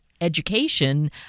education